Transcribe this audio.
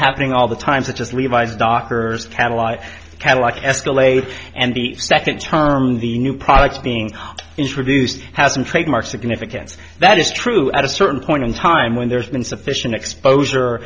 happening all the time such as levi's dockers catalyze cadillac escalator and the second term the new products being introduced has been trademark significance that is true at a certain point in time when there's been sufficient exposure